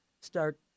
start